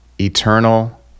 eternal